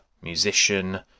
musician